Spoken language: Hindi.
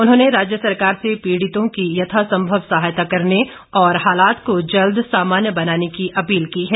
उन्होंने राज्य सरकार से पीड़ितों की यथासंभव सहायता करने और हालात को जल्द सामान्य बनाने की अपील की है